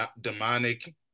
demonic